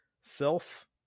self